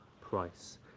price